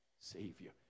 Savior